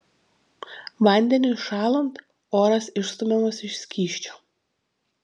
vandeniui šąlant oras išstumiamas iš skysčio